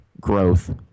growth